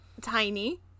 Tiny